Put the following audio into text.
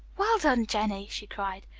well done, jennie! she cried.